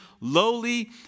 lowly